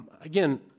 again